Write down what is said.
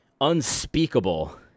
unspeakable